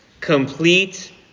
complete